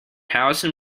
howison